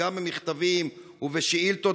וגם במכתבים ובשאילתות,